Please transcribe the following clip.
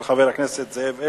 של חבר הכנסת זאב אלקין,